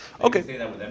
Okay